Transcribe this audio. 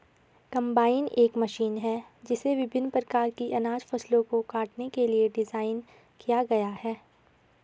combine एक मशीन है जिसे विभिन्न प्रकार की अनाज फसलों को काटने के लिए डिज़ाइन किया गया है